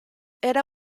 era